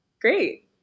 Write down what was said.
Great